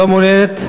לא מעוניינת?